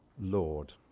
Lord